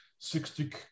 60